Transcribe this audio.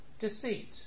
deceit